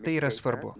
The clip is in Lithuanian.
tai yra svarbu